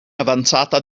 avanzata